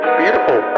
beautiful